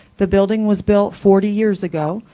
the building was built forty years ago,